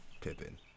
Pippin